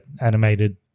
animated-